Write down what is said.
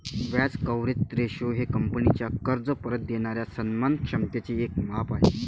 व्याज coverage ratio हे कंपनीचा कर्ज परत देणाऱ्या सन्मान क्षमतेचे एक माप आहे